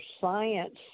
science